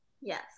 yes